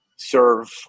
serve